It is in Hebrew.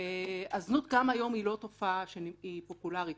גם היום הזנות אינה תופעה שהיא פופולרית,